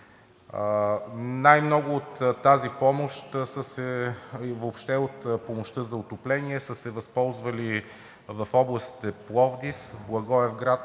Най-много от тази помощ и въобще от помощта за отопление са се възползвали в областите Пловдив, Благоевград